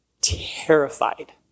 terrified